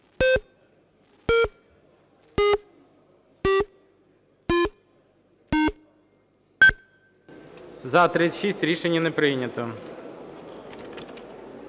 За-38 Рішення не прийнято.